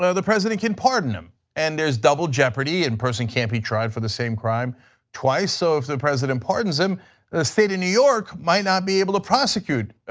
and the president can pardon him and there is double jeopardy, a and person can't be tried for the same crime twice so if the president pardons him the state of new york might not be able to prosecute